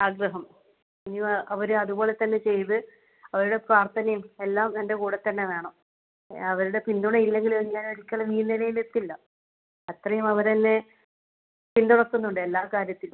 ആഗ്രഹം ഇനിയും അവർ അതുപോലതന്നെ ചെയ്ത് അവരുടെ പ്രാർത്ഥനയും എല്ലാം എൻ്റെ കൂടെത്തന്നെ വേണം അവരുടെ പിന്തുണ ഇല്ലെങ്കിൽ ഞാൻ ഒരിക്കലും ഈ നിലയിലെത്തില്ല അത്രയും അവരെന്നെ പിന്തുണക്കുന്നുണ്ട് എല്ലാ കാര്യത്തിലും